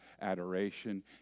adoration